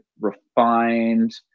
refined